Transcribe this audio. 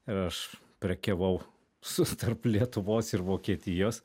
ir aš prekiavau su tarp lietuvos ir vokietijos